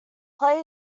play